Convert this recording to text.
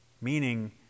meaning